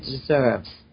deserves